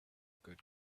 good